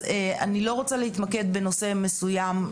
אני לא רוצה להתמקד בנושא מסוים.